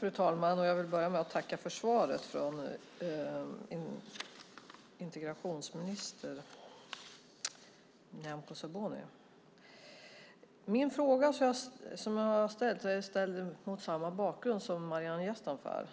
Fru talman! Jag vill börja med att tacka för svaret från integrationsminister Nyamko Sabuni. Min fråga är ställd mot samma bakgrund som Maryam Yazdanfars.